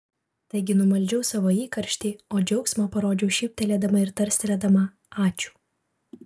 taigi numaldžiau savo įkarštį o džiaugsmą parodžiau šyptelėdama ir tarstelėdama ačiū